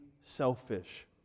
selfish